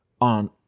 on